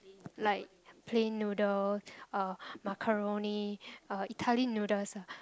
like plain noodle uh macaroni uh Italy noodles ah